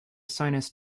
sinus